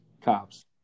Cops